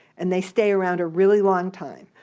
and they stay around a really long time.